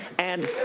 and.